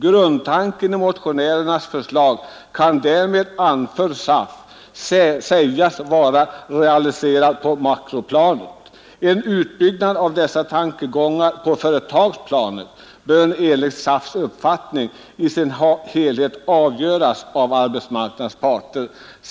Grundtanken i motionärernas förslag kan därmed sägas vara realiserad på makroplanet. En utbyggnad av dessa tankegångar på företagsplanet bör enligt SAF:s uppfattning i sin helhet avgöras av arbetsmarknadens parter.